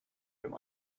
there